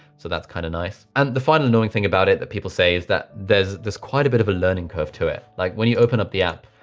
so that's kinda nice. and the final annoying thing about it that people say is that there's quite a bit of a learning curve to it. like when you open up the app,